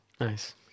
Nice